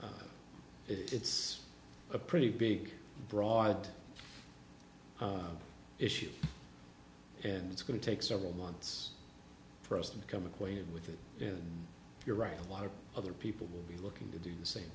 it's a pretty big broad issue and it's going to take several months for us to become acquainted with it and you're right a lot of other people will be looking to do the same